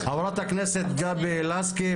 הוא במלחמת העולם היה פליט ונסע למקסיקו.